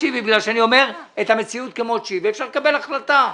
בגלל שאני אומר את המציאות כמות שהיא ואפשר לקבל החלטה.